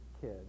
kid